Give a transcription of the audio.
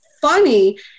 funny